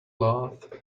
laugh